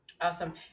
Awesome